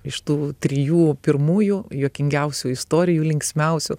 iš tų trijų pirmųjų juokingiausių istorijų linksmiausių